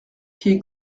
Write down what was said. quai